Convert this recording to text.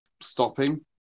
stopping